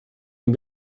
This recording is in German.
und